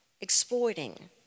exploiting